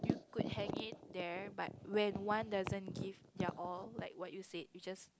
good hang it there but when one doesn't give their all like what you said you just